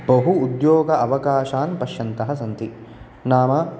बहु उद्योग अवकाशान् पश्यन्तः सन्ति नाम